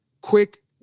quick